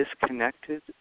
disconnected